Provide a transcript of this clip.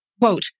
Quote